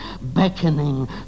beckoning